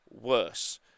worse